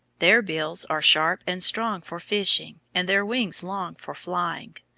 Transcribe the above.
their bills are sharp and strong for fishing, and their wings long for flying.